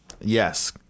Yes